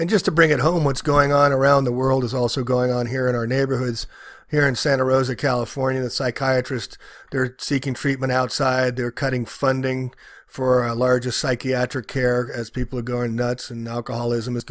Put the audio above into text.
and just to bring it home what's going on around the world is also going on here in our neighborhoods here in santa rosa california psychiatrist they're seeking treatment outside their cutting funding for our largest psychiatric care as people are going nuts and alcoholism is